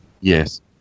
Yes